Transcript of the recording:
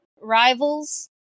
rivals